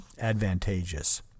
advantageous